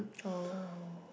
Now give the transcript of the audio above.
oh